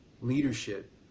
leadership